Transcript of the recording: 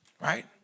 right